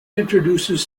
introduces